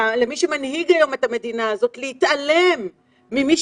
למי שמנהיג את המדינה הזאת להתעלם ממי